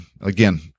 again